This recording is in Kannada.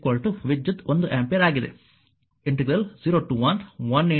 ಆದ್ದರಿಂದ t0tidt 011dt ವಿದ್ಯುತ್ 1 ಒಂದು ಆಂಪಿಯರ್ ಆಗಿದೆ